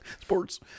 sports